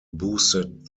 boosted